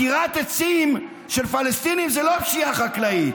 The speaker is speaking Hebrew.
עקירת עצים של פלסטינים זו לא פשיעה חקלאית.